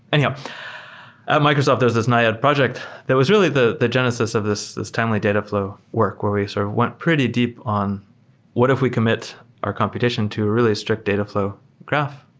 anyhow, at microsoft, there's this naiad project that was really the the genesis of this this timely dataflow work where we sort of went pretty deep on what if we commit our computation to a really strict dataflow graph?